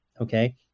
okay